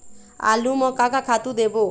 आलू म का का खातू देबो?